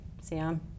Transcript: Sam